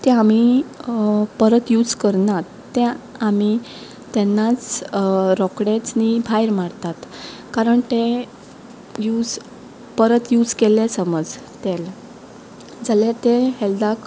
तें आमी परत यूज करनात तें आमी तेन्नाच रोखडेंच न्ही भायर मारतात कारण तें यूज परत यूज केलें समज तेल जाल्यार तें हेल्ताक